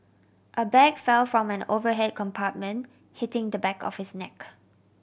a bag fell from an overhead compartment hitting the back of his neck